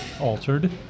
altered